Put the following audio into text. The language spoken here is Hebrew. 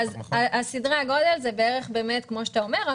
סדרי הגודל הם בערך כפי שאתה אומר,